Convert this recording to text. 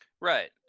Right